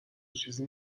چیزی